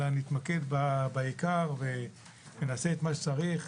אלא נתמקד בעיקר ונעשה את מה שצריך,